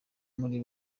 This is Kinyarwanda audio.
muri